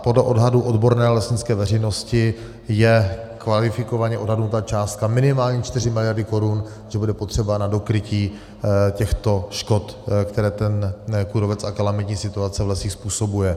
Podle odhadů odborné lesnické veřejnosti je kvalifikovaně odhadnutá částka minimálně 4 mld. korun, to bude potřeba na dokrytí těchto škod, které ten kůrovec a kalamitní situace v lesích způsobuje.